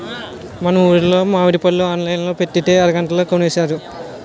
మా ఊరులో మావిడి పళ్ళు ఆన్లైన్ లో పెట్టితే అరగంటలో కొనేశారు